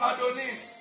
Adonis